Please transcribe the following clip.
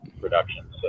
production